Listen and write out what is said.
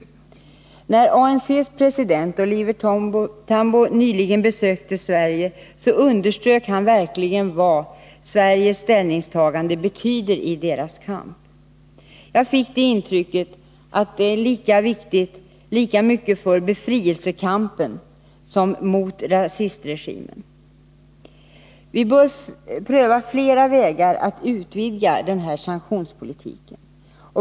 När ANC:s president Oliver Tambo nyligen besökte Sverige underströk han verkligen vad Sveriges ställningstagande betyder för deras kamp. Jag fick det intrycket att det är viktigt lika mycket för befrielsekampen som mot rasistregimen. Vi bör pröva fler vägar när det gäller att utvidga den här sanktionspolitiken.